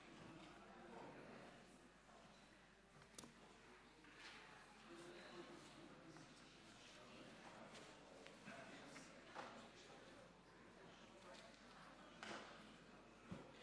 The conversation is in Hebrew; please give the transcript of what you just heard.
מיקי,